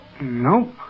Nope